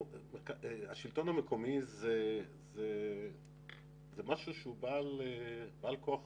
השלטון המקומי זה משהו שהוא בעל כוח